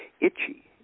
itchy